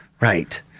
Right